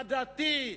הדתי,